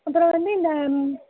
அப்புறம் வந்து இந்த